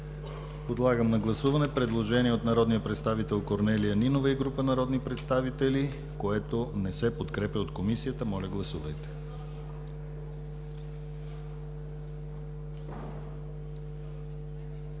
Подлагам на гласуване предложение от народния представител Корнелия Нинова и група народни представители, което не се подкрепя от Комисията. Гласували 93 народни